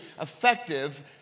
effective